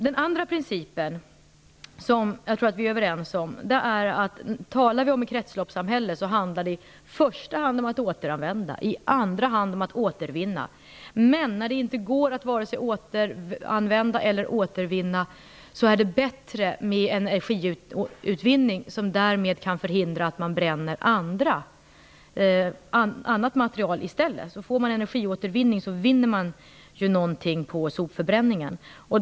Den andra principen som jag tror att vi är överens om är att talet om ett kretsloppssamhälle i första hand handlar om återanvändning och i andra hand om återvinning. Men när det inte går att vare sig återanvända eller återvinna är energiutvinning bättre, vilket därmed kan förhindra att man i stället bränner annat material. Med energiåtervinning vinner man någonting med sopförbränningen.